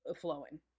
flowing